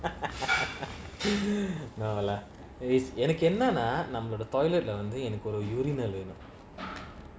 no lah எனக்குஎன்னனாநம்மோட:enaku ennana nammoda toilet lah வந்துஎனக்கொருஉரிமைவேணும்:vandhu enakoru urimai venum